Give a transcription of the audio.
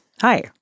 Hi